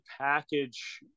package